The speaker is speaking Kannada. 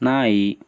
ನಾಯಿ